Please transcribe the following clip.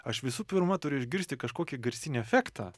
aš visų pirma turiu išgirsti kažkokį garsinį efektą